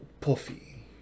Puffy